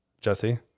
Jesse